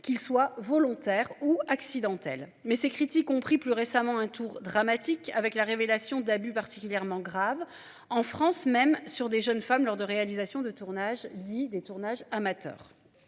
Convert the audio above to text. qu'il soit volontaire ou accidentelle mais ces critiques ont pris plus récemment un tour dramatique avec la révélation d'abus particulièrement grave en France même sur des jeunes femmes lors de réalisation de tournage dit des tournages amateur.